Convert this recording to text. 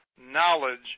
knowledge